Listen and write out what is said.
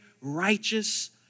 righteous